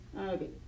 okay